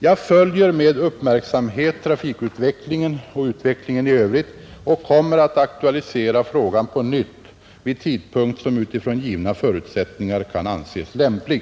Jag följer med uppmärksamhet trafikutvecklingen och utvecklingen i övrigt och kommer att aktualisera frågan på nytt vid tidpunkt som utifrån givna förutsättningar kan anses lämplig.